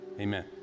amen